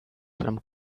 from